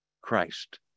Christ